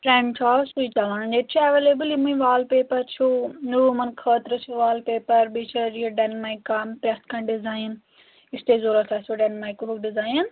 trend چھُ آز سُے چلان ییٚتہِ چھِ ایویلیبٕل یِمٕے وال پیپَر چھُ روٗمَن خٲطرٕ چھِ وال پیپَر بیٚیہِ چھِ یہِ ڈٮ۪ن مایِکا پرٛٮ۪تھ کانٛہہ ڈِزایِن یُس تۄہہِ ضوٚرَتھ آسیو ڈٮ۪ن مایِکاہوُک ڈِزایِن